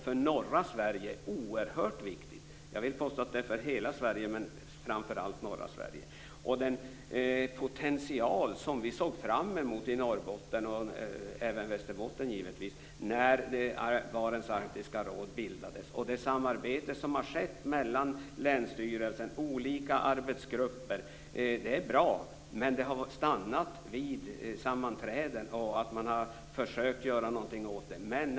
För norra Sverige är det oerhört viktigt, och jag vill jag påstå att det är det för hela Sverige men framför allt för norra Vi i Norrbotten såg fram emot en potential, och det gjorde man givetvis även i Västerbotten, när Barents arktiska råd bildades. Det samarbete som har skett mellan länsstyrelsen och olika arbetsgrupper är bra, men det har stannat vid sammanträden och försök att göra något åt situationen.